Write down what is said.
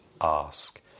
ask